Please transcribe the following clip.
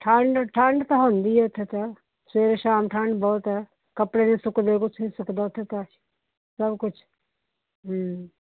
ਠੰਡ ਠੰਡ ਤਾਂ ਹੁੰਦੀ ਇੱਥੇ ਤਾਂ ਸਵੇਰੇ ਸ਼ਾਮ ਠੰਡ ਬਹੁਤ ਹੈ ਕੱਪੜੇ ਨਹੀਂ ਸੁੱਕਦੇ ਕੁਛ ਨਹੀਂ ਸੁਕਦਾ ਇੱਥੇ ਤਾਂ ਸਭ ਕੁਛ